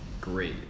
great